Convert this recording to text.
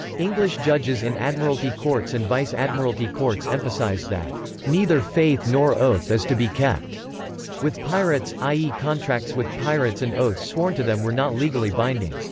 english judges in admiralty courts and vice admiralty courts emphasized that neither faith nor oath is to be kept with pirates i e. contracts with pirates and oaths sworn to them were not legally binding.